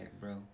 bro